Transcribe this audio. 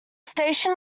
station